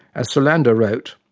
as solander wrote,